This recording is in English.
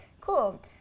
Cool